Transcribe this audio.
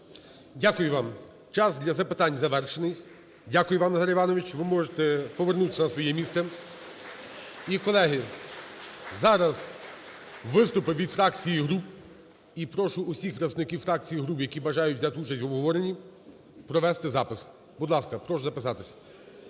Дякую вам. Час для запитань завершений. Дякую вам, Назар Іванович, ви можете повернутися на своє місце. (Оплески) І, колеги, зараз виступи від фракцій і груп. І прошу всіх представників фракцій і груп, які бажають взяти участь в обговоренні, провести запис. Будь ласка, прошу записатися.